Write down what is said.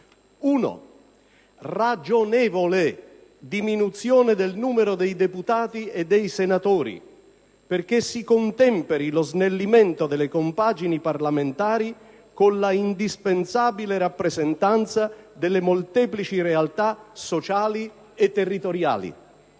ragionevole diminuzione del numero dei deputati e dei senatori, perché si contemperi lo snellimento delle compagini parlamentari con la indispensabile rappresentanza delle molteplici realtà sociali e territoriali;